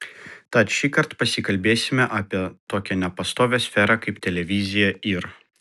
tad šįkart pasikalbėsime apie tokią nepastovią sferą kaip televizija ir